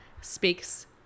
speaks